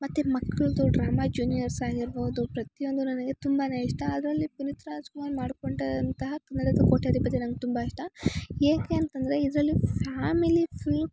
ಮತ್ತು ಮಕ್ಳುದು drama juniors ಆಗಿರ್ಬೌದು ಪ್ರತಿಯೊಂದು ನನಗೆ ತುಂಬಾ ಇಷ್ಟ ಅದರಲ್ಲಿ ಪುನೀತ್ ರಾಜಕುಮಾರ್ ಮಾಡಿಕೊಂಡಂತಹ ಕನ್ನಡದ ಕೋಟ್ಯಾಧಿಪತಿ ನಂಗೆ ತುಂಬ ಇಷ್ಟ ಏಕೆ ಅಂತಂದರೆ ಇದರಲ್ಲಿ ಫ್ಯಾಮಿಲಿ ಫುಲ್